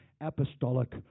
apostolic